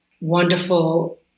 wonderful